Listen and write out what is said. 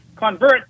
Convert